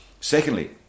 Secondly